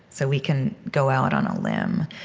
so we can go out on a limb.